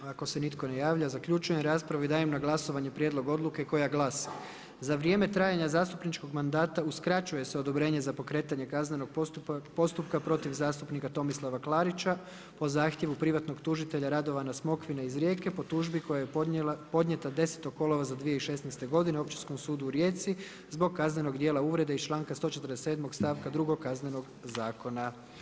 Ako se nitko ne javlja, zaključujem raspravu i dajem na glasovanje prijedlog odluke koja glasi Za vrijeme trajanja zastupničkog mandata uskraćuje se odobrenje za pokretanje kaznenog postupaka protiv zastupnika Tomislava Klarića po zahtjevu prihvatnog tužitelja Radovana Smokvina iz Rijeke po tužbi koja je podnijeta 10. kolovoza 2016. godine Općinskom sudu u Rijeci zbog kaznenog dijela uvrede iz članka 147. stavka 2. Kaznenog zakona.